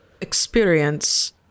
experience